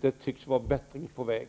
Det tycks var en bättring på väg.